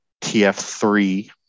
TF3